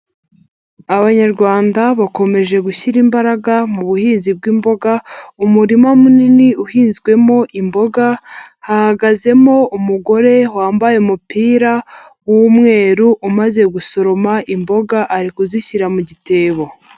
Abanyarwanda bakomeje gushyira imbaraga mu buhinzi bw'imboga, mu murima munini uhinzwemo imboga hahagazemo umugore wambaye umupira w'umweru umaze gusoroma imboga ari kuzishyira mu gitebo.